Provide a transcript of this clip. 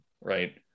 right